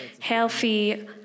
healthy